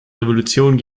revolution